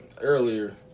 earlier